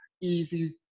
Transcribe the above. easy